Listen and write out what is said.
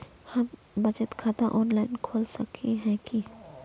हम बचत खाता ऑनलाइन खोल सके है की?